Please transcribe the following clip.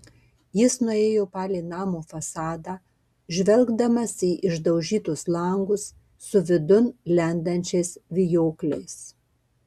jis nuėjo palei namo fasadą žvelgdamas į išdaužytus langus su vidun lendančiais vijokliais